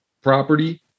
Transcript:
property